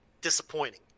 disappointing